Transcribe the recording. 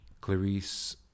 Clarice